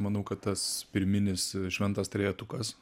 manau kad tas pirminis šventas trejetukas